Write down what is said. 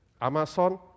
Amazon